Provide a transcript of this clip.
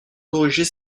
corriger